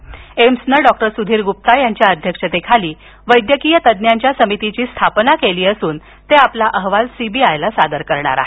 एम्सनं doctor Sudhir Gupta यांच्या अध्यक्षतेखाली वैद्यकीय तज्ज्ञांच्या समितीची स्थापना केली असून ते आपला अहवाल सीबीआयला सादर करणार आहेत